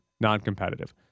non-competitive